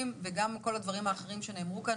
וגם כל הדברים האחרים שנאמרו כאן,